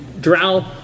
drow